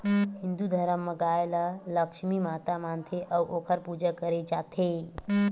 हिंदू धरम म गाय ल लक्छमी माता मानथे अउ ओखर पूजा करे जाथे